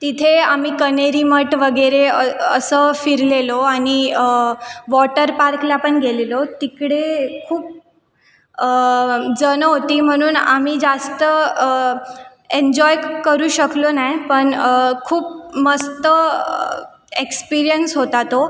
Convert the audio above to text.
तिथे आम्ही कणेरी मठ वगैरे असं फिरलेलो आणि वॉटर पार्कला पण गेलेलो तिकडे खूप जण होते म्हणून आम्ही जास्त एन्जॉय करू शकलो नाही पण खूप मस्त एक्स्पिरीयन्स होता तो